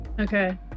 Okay